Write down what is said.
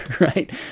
right